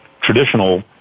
traditional